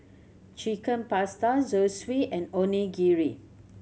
Chicken Pasta Zosui and Onigiri